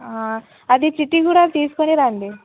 అది చీటి కూడా తీసుకుని రండి